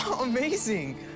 amazing